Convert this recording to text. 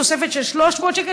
תוספת של 300 שקל,